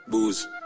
Booze